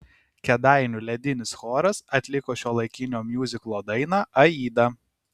kėdainių ledinis choras atliko šiuolaikinio miuziklo dainą aida